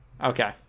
Okay